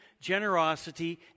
generosity